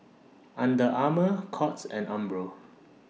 Under Armour Courts and Umbro